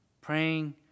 praying